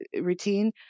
routine